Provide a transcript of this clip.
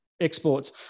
exports